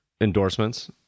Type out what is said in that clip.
endorsements